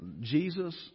Jesus